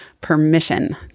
permission